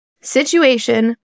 Situation